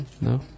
No